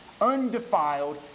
undefiled